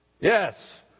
Yes